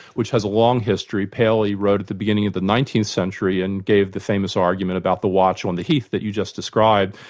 which has a long history, paley wrote at the beginning of the nineteenth century and gave the famous argument about the watch on the heath that you just described,